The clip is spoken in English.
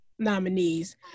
nominees